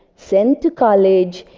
sent to college,